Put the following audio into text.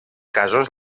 casos